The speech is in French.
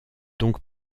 donc